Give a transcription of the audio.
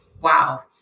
wow